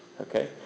Okay